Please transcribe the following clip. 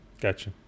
Gotcha